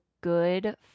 good